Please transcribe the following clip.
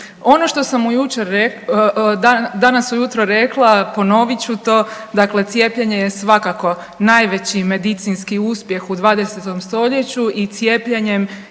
Ono što sam danas ujutro rekla ponovit ću to. Dakle, cijepljenje je svakako najveći medicinski uspjeh u 20. stoljeću i cijepljenjem